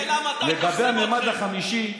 לגבי הממד החמישי.